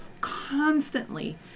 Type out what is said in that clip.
constantly